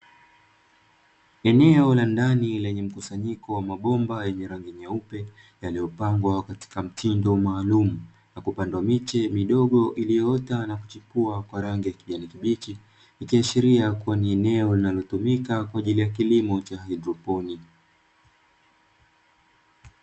Eneo la ndani lenye musanyiko wa mabomba yenye rangi nyeupe, yaliyopangwa katika mtindo maalumu na kupandwa miche midogo iliyoota na kuchipua kwa rangi ya kijani kibichi, ikiashiria kuwa ni eneo linalotumika kwa ajili ya kilimo cha haidroponi.